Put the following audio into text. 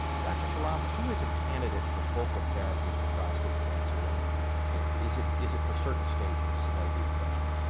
dr. shalhav, who is a candidate for focal therapy for prostate cancer, and is it is it for certain stages? this is another viewer question.